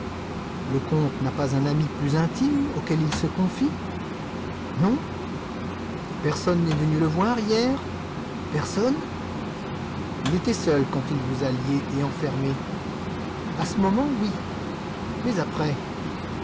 le comte n'a pas un ami plus intime auquel il se confie non personne n'est venu le voir hier personne il était seul quand il vous a liée et enfermée à ce moment oui mais après